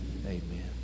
Amen